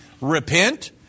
repent